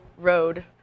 road